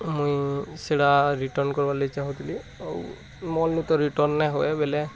ମୁଇଁ ସେଇଟା ରିଟର୍ଣ୍ଣ କରିବାର୍ ଲାଗି ଚାହୁଁ ଥିଲି ଆଉ ମଲ୍ରେ ତ ରିଟର୍ଣ୍ଣ ନା ହଏ ବେଲେ